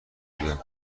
بودم